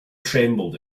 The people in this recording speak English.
trembled